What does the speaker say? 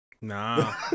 Nah